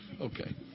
Okay